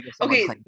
okay